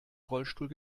rollstuhl